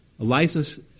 Elijah